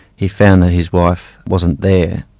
he found that his wife wasn't there,